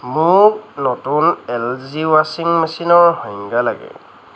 মোক নতুন L G ৱাশ্বিং মেচিনৰ সংজ্ঞা লাগে